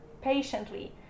patiently